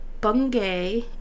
bungay